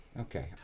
Okay